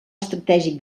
estratègic